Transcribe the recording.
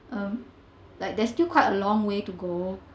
um like there's still quite a long way to go